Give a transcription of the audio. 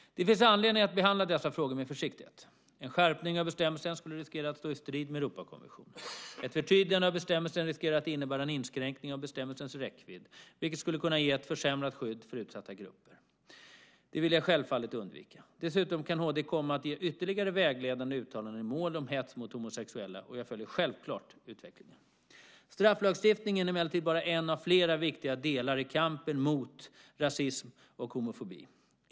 Det finns anledning att behandla dessa frågor med försiktighet. En skärpning av bestämmelsen skulle kunna riskera att stå i strid med Europakonventionen. Ett förtydligande av bestämmelsen riskerar att innebära en inskränkning av bestämmelsens räckvidd, vilket skulle kunna ge ett försämrat skydd för utsatta grupper. Det vill jag självfallet undvika. Dessutom kan HD komma att ge ytterligare vägledande uttalanden i mål om hets mot homosexuella och jag följer självklart utvecklingen. Strafflagstiftningen är emellertid bara en av flera viktiga delar i kampen mot rasism och homofobi.